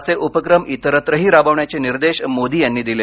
असे उपक्रम इतरत्रही राबवण्याचे निर्देश मोदी यांनी दिले